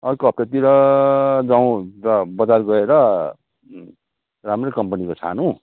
अर्को हप्तातिर जाऊँ र बजार गएर राम्रो कम्पनीको छानौँ